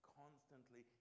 constantly